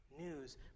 news